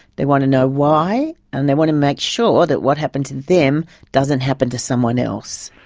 they want to know why, and they want to make sure that what happened to them doesn't happen to someone else.